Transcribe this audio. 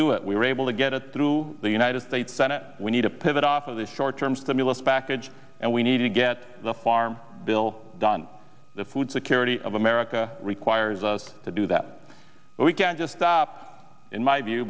do it we were able to get it through the united states senate we need to pivot off of the short term stimulus package and we need to get the farm bill done the food security of america requires us to do that but we can't just in my view